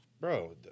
bro